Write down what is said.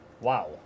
Wow